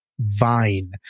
Vine